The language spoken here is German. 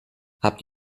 habt